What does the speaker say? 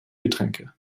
getränke